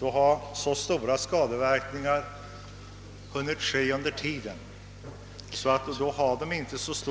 sker så stora skadeverkningar, att ett stöd blir verkningslöst.